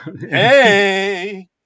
Hey